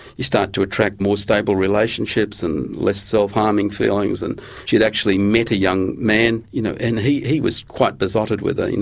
you start to attract more stable relationships and less self-harming feelings, and she'd actually met a young man you know and he he was quite besotted with her,